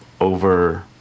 over